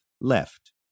left